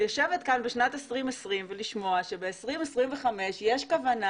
לשבת כאן בשנת 2020 ולשמוע שבשנת 2025 יש כוונה